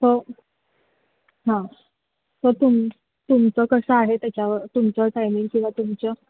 हो हां तर तुम तुमचं कसं आहे त्याच्यावर तुमचं टायमिंग किंवा तुमचं